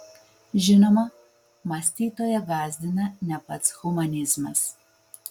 žinoma mąstytoją gąsdina ne pats humanizmas